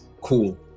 Cool